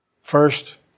First